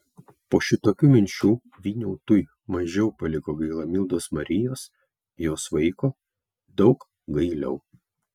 po šitokių minčių vyniautui mažiau paliko gaila mildos marijos jos vaiko daug gailiau